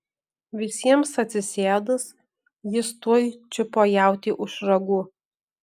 visiems atsisėdus jis tuoj čiupo jautį už ragų